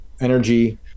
energy